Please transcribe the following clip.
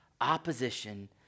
opposition